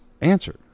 answer